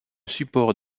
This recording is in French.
support